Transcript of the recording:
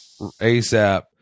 ASAP